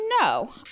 No